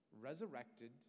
resurrected